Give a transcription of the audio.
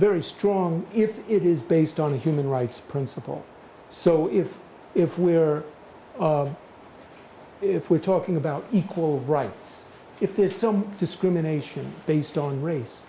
very strong if it is based on human rights principle so if if we are if we're talking about equal rights if there's some discrimination based on race